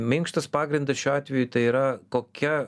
minkštas pagrindas šiuo atveju tai yra kokia